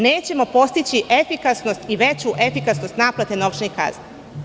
Nećemo postići efikasnost i veću efikasnost naplate novčanih kazni.